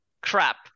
crap